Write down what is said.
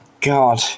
god